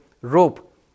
rope